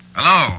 Hello